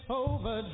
over